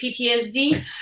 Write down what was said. PTSD